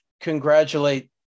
congratulate